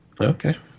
Okay